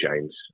James